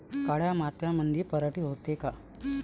काळ्या मातीमंदी पराटी होते का?